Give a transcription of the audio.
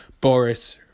Boris